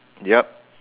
ya